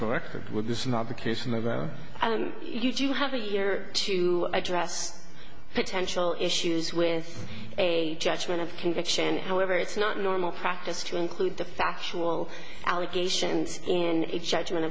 do you have a year to address potential issues with a judgment of conviction and whether it's not normal practice to include the factual allegations and a judgment